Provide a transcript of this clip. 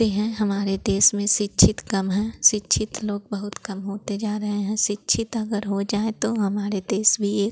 तो हैं हमारे देश में शिक्षित कम हैं शिक्षित लोग बहुत कम होते जा रहे हैं शिक्षित अगर हो जाएँ तो हमारा देश भी एक